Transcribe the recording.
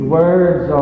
words